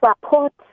support